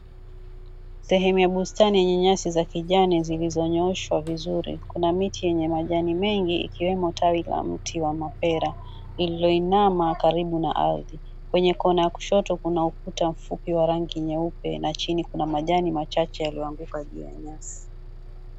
Sehemu ya bustani yenye nyasi za kijani zilizonyooshwa vizuri, kuna miti yenye majani mengi, ikiwemo tawi la mti wa mapera iliyoinama karibu na ardhi. Kwenye kona ya kushoto kuna ukuta mfupi wa rangi nyeupe na chini kuna majani machache yaliyoanguka juu ya nyasi.